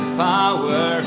power